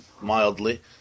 mildly